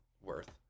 worth